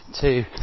two